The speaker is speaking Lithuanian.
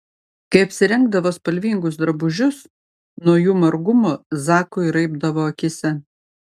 kai apsirengdavo spalvingus drabužius nuo jų margumo zakui raibdavo akyse